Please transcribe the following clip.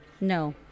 No